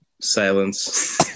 Silence